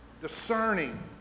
discerning